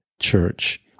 church